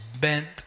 bent